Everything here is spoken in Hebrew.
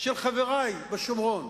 של חברי בשומרון,